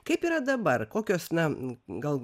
kaip yra dabar kokios na gal